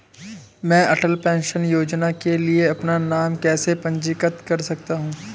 मैं अटल पेंशन योजना के लिए अपना नाम कैसे पंजीकृत कर सकता हूं?